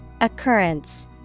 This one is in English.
Occurrence